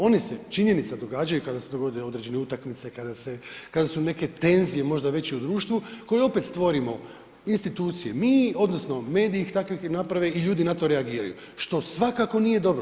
Oni se, činjenica, događaju kada se dogode određene utakmice, kada su neke tenzije možda već i u društvu koje opet, stvorimo, institucije mi, odnosno mediji ih takvima naprave i ljudi na to reagiraju, što svakako nije dobro.